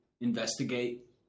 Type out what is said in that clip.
investigate